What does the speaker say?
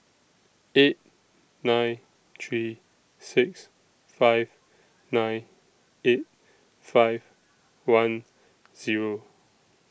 eight nine three six five nine eight five one Zero